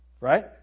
Right